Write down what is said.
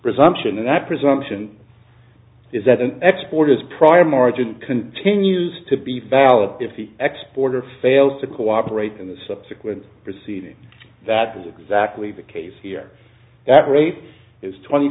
presumption and that presumption is that an export is prior margin continues to be valid if the export or fails to cooperate in the subsequent proceedings that is exactly the case here that rate is twenty